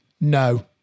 No